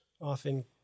often